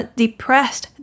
depressed